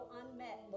unmet